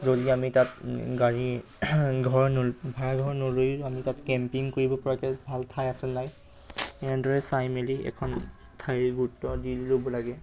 যদি আমি তাত গাড়ী ঘৰৰ নল ভাড়াঘৰ নলৈয়ো আমি তাত কেম্পিং কৰিব পৰাকৈ ভাল ঠাই আছে নাই এনেদৰে চাই মেলি এখন ঠাইৰ গুৰুত্ব দি ল'ব লাগে